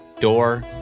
door